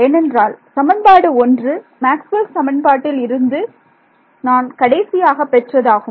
ஏனென்றால் சமன்பாடு 1 மேக்ஸ்வெல் சமன்பாட்டில் இருந்து நான் கடைசியாக பெற்றதாகும்